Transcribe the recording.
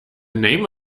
name